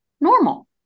normal